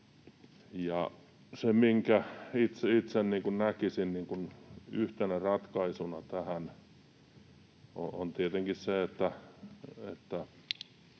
Se, minkä itse näkisin yhtenä ratkaisuna tähän, on tietenkin se, että